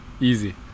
Easy